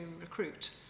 recruit